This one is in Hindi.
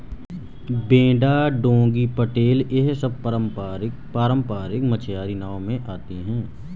बेड़ा डोंगी पटेल यह सब पारम्परिक मछियारी नाव में आती हैं